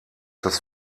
das